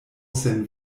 sen